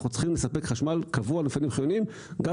אנחנו צריכים לספק חשמל למפעלים חיוניים באופן קבוע,